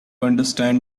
understand